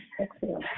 Exhale